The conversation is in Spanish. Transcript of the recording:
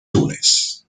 túnez